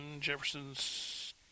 Jefferson's